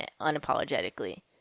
unapologetically